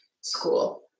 school